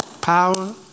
Power